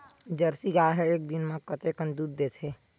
Jersey गाय ह एक दिन म कतेकन दूध देथे?